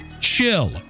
chill